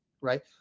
right